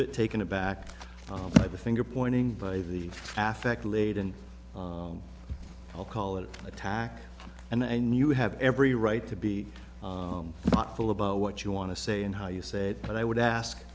bit taken aback by the finger pointing by the africa laden i'll call it attack and then you have every right to be thoughtful about what you want to say and how you say it but i would ask